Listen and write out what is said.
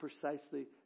precisely